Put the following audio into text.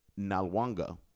Nalwanga